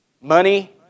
money